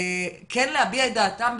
בוודאי להביע את דעתם,